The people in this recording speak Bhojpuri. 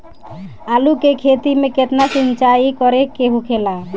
आलू के खेती में केतना सिंचाई करे के होखेला?